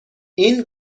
این